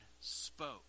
spoke